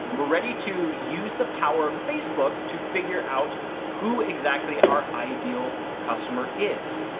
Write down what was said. we're ready to use the power of facebook to figure out who exactly our ideal customer is.